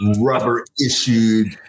rubber-issued